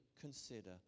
consider